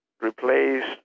replaced